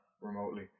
remotely